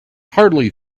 hardly